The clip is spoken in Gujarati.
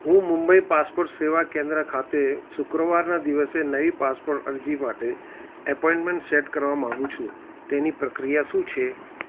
હું મુંબઈ પાસપોર્ટ સેવા કેન્દ્ર ખાતે શુક્રવારના દિવસે નવી પાસપોર્ટ અરજી માટે એપોઇન્ટમેન્ટ સેટ કરવા માગું છું તેની પ્રક્રિયા શું છે